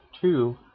Two